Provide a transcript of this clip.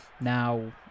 now